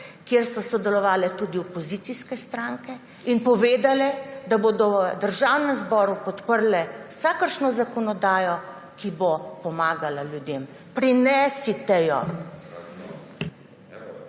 kjer so sodelovale tudi opozicijske stranke in povedale, da bodo v Državnem zboru podprle vsakršno zakonodajo, ki bo pomagala ljudem. Prinesite jo!